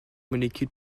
molécule